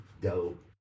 dope